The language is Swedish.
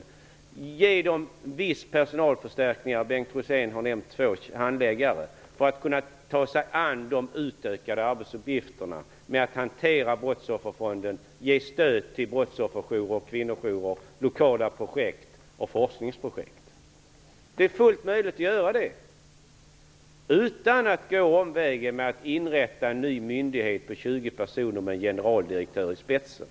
Det är möjligt att ge den en viss personalförstärkning -- Bengt Rosén har nämnt två handläggare -- för att den skall kunna ta sig an de utökade arbetsuppgifterna med att hantera brottsofferfonden och ge stöd till brottsofferjourer, kvinnojourer, lokala projekt och forskningsprojekt. Det är fullt möjligt att göra det, utan att gå en omväg och inrätta en ny myndighet på 20 personer med en generaldirektör i spetsen.